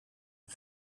een